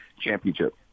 championship